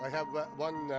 have one,